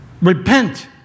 Repent